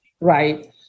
right